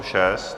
6.